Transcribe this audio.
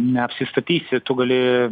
neapsistatysi tu gali